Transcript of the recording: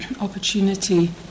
opportunity